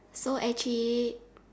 so actually